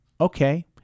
okay